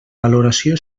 valoració